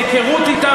מהיכרות אתם,